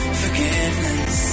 forgiveness